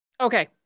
Okay